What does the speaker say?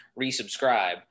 resubscribe